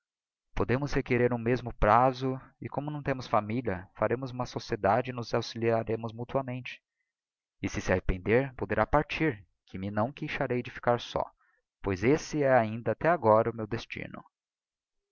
podemos requerer um mesmo prazo e como não temos familia faremos uma sociedade enos auxiliaremos mutuamente e si se arrepender poderá partir que me não queixarei de ficar só pois esse é ainda até agora o meu destino